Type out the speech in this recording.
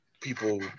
people